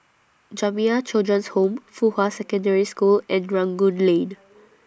Jamiyah Children's Home Fuhua Secondary School and Rangoon Lane